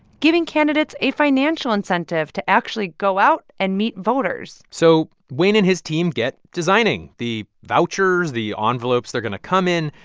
giving candidates a financial incentive to actually go out and meet voters so wayne and his team get designing the vouchers, the um envelopes they're going to come in.